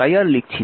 তাই আর লিখছি না